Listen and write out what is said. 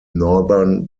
northern